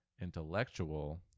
intellectual